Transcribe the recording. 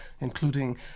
including